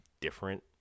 different